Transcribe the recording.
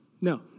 no